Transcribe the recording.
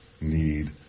need